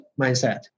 mindset